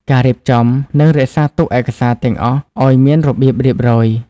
ការរៀបចំ និងរក្សាទុកឯកសារទាំងអស់ឱ្យមានរបៀបរៀបរយ។